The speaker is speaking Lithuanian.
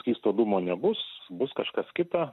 skysto dūmo nebus bus kažkas kita